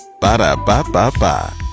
Ba-da-ba-ba-ba